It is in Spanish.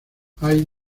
hay